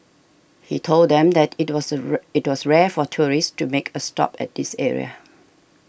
he told them that it was it was rare for tourists to make a stop at this area